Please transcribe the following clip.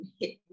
hit